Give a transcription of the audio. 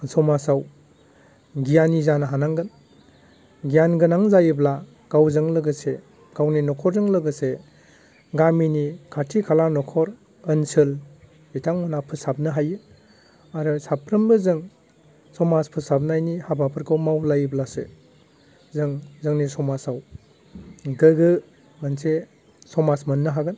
समाजाव गियानि जानो हानांगोन गियानगोनां जायोब्ला गावजों लोगोसे गावनि न'खरजों लोगोसे गामिनि खाथि खाला न'खर ओनसोल बिथांमोना फोसाबनो हायो आरो साफ्रोमबो जों समाज फोसाबनायनि हाबाफोरखौ मावलायोब्लासो जों जोंनि समाजाव गोग्गो मोनसे समाज मोननो हागोन